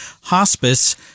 Hospice